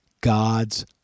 God's